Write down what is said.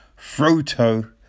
Froto